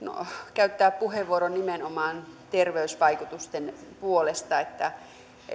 käyttää puheenvuoron nimenomaan terveysvaikutusten puolesta